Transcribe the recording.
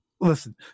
listen